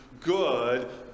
Good